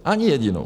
Ani jedinou.